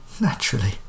Naturally